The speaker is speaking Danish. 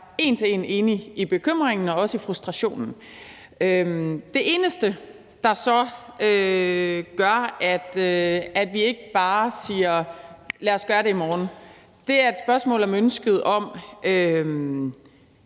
en til en enig i bekymringen og også i frustrationen. Det eneste, der så gør, at vi ikke bare siger, at lad os gøre det i morgen, er et spørgsmål om ønsket om